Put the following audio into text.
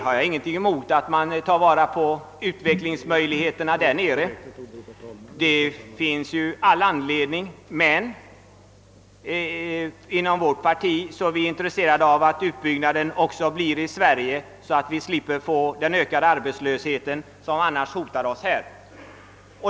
Jag har ingenting emot att man tar vara på utvecklingsmöjligheterna där nere. Men inom vårt parti är vi intresserade av en utbyggnad även i Sverige, så att vi slipper den ökade arbetslöshet som annars hotar oss.